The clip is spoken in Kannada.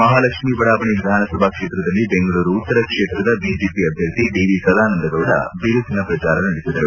ಮಹಾಲಕ್ಷ್ಮೀ ಬಡಾವಣೆ ವಿಧಾನಸಭಾ ಕ್ಷೇತ್ರದಲ್ಲಿ ಬೆಂಗಳೂರು ಉತ್ತರ ಕ್ಷೇತ್ರದ ಬಿಜೆಪಿ ಅಭ್ಯರ್ಥಿ ಡಿ ವಿ ಸದಾನಂದಗೌಡ ಬಿರುಸಿನ ಪ್ರಚಾರ ನಡೆಸಿದರು